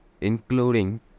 including